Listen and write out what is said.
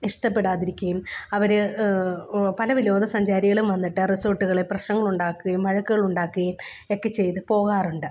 ഇഷ്ടപ്പെടാതിരിക്കയും അവർ പല വിനോദ സഞ്ചാരികളും വന്നിട്ട് റിസോർട്ടുകളിൽ പ്രശ്നങ്ങളുണ്ടാക്കുകയും വഴക്കുകളുണ്ടാക്കുകയും ഒക്കെ ചെയ്ത് പോകാറുണ്ട്